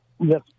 Yes